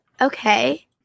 okay